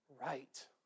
right